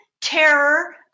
terror